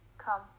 come